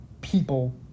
people